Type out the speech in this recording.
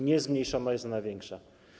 Nie zmniejszono, jest ona większa.